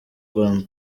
rwanda